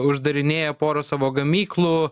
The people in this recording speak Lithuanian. uždarinėja porą savo gamyklų